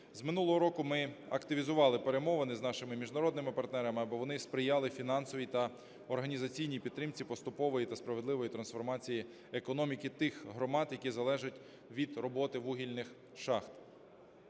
З минулого року ми активізували перемовини з нашими міжнародними партнерами, аби вони сприяли фінансовій та організаційній підтримці поступової та справедливої трансформації економіки тих громад, які залежать від роботи вугільних шахт.